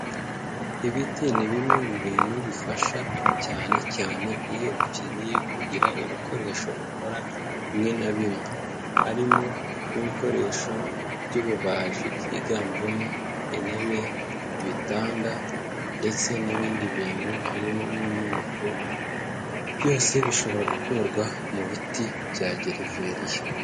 Ibiti ni bimwe mu bintu bifasha cyane cyane iyo ukeneye kugira ibikoresho ukora bimwe na bimwe. Harimo n'ibikoresho by'ububaji byiganjemo intebe, ibitanda ndetse n'ibindi bintu harimo nk'imyuko, byose bishobora gukorwa mu biti bya gereveriya.